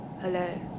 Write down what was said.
Hello